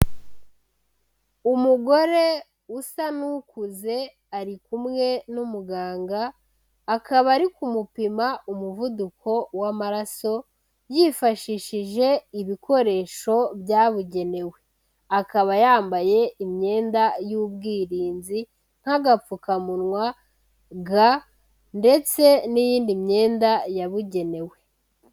Umugore usa n'ukuze ari kumwe n'umuganga, akaba ari kumupima umuvuduko w'amaraso, yifashishije ibikoresho byabugenewe, akaba yambaye imyenda y'ubwirinzi nk'agapfukamunwa, ga ndetse n'iyindi myenda yabugenewe.